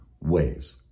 ways